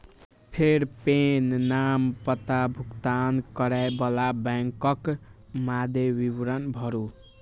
फेर पेन, नाम, पता, भुगतान करै बला बैंकक मादे विवरण भरू